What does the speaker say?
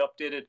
updated